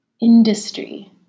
industry